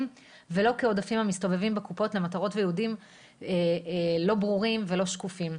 ולא כעודפים המסתובבים בקופות למטרות וייעודים לא ברורים ולא שקופים.